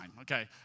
okay